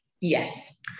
Yes